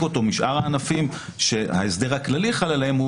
אותו משאר הענפים שההסדר הכללי חל עליהם,